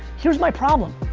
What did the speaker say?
here's my problem,